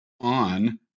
on